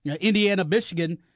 Indiana-Michigan